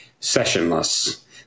sessionless